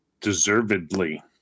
Deservedly